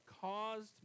caused